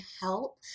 help